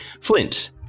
Flint